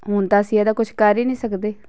ਹੁਣ ਤਾਂ ਅਸੀਂ ਇਹਦਾ ਕੁਛ ਕਰ ਹੀ ਨਹੀਂ ਸਕਦੇ